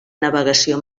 navegació